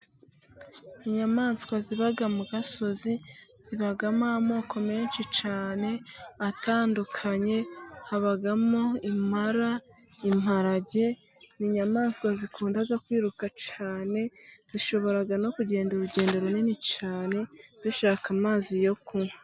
Inyamaswa ziba mu gasozi zibamo amoko menshi cyane atandukanye. Habamo : impara n'imparage. Ni inyamaswa zikunda kwiruka cyane. Zishobora no kugenda urugendo runini cyane zishaka amazi yo kunywa.